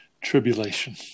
tribulation